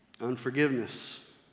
unforgiveness